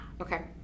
Okay